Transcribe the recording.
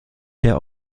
der